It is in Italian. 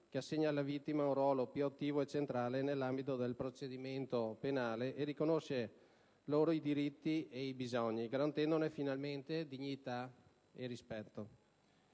che assegna alla vittima un ruolo più attivo e centrale nell'ambito del procedimento penale e riconosce loro diritti e bisogni, garantendone finalmente dignità e rispetto.